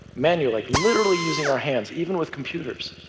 manual, like literally using our hands, even with computers.